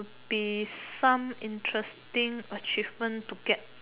would be some interesting achievement to get